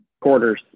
quarters